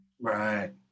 right